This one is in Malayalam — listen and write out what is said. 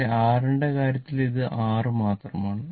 പക്ഷേ R ന്റെ കാര്യത്തിൽ ഇത് R മാത്രമാണ്